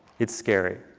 it's scary.